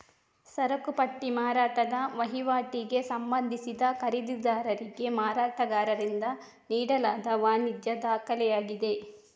ಸರಕು ಪಟ್ಟಿ ಮಾರಾಟದ ವಹಿವಾಟಿಗೆ ಸಂಬಂಧಿಸಿದ ಖರೀದಿದಾರರಿಗೆ ಮಾರಾಟಗಾರರಿಂದ ನೀಡಲಾದ ವಾಣಿಜ್ಯ ದಾಖಲೆಯಾಗಿದೆ